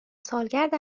سالگرد